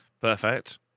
Perfect